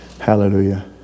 Hallelujah